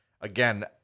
again